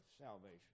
salvation